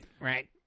right